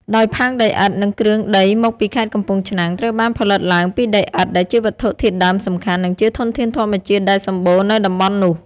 ដោយផើងដីឥដ្ឋ និងគ្រឿងដីមកពីខេត្តកំពង់ឆ្នាំង ត្រូវបានផលិតឡើងពី ដីឥដ្ឋ ដែលជាវត្ថុធាតុដើមសំខាន់ និងជាធនធានធម្មជាតិដែលសម្បូរនៅតំបន់នោះ។